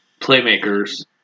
playmakers